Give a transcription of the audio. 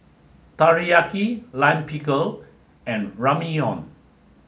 Teriyaki Lime Pickle and Ramyeon